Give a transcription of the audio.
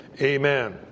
amen